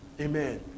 Amen